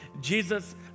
Jesus